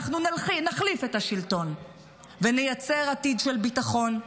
אנחנו נחליף את השלטון ונייצר עתיד של ביטחון,